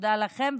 תודה לכם,